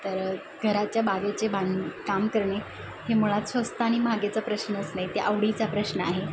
तर घराच्या बागेचे बांधकाम करणे हा मुळात स्वस्त आणि महागाचा प्रश्नच नाही तो आवडीचा प्रश्न आहे